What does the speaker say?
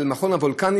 על מכון וולקני,